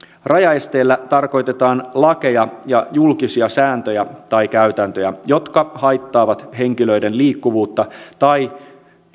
rajaesteillä tarkoitetaan lakeja ja julkisia sääntöjä tai käytäntöjä jotka haittaavat henkilöiden liikkuvuutta tai